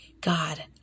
God